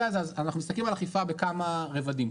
הזה אנחנו מסתכלים על אכיפה בכמה רבדים,